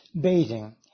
bathing